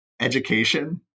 education